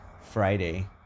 Friday